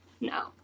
No